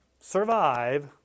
survive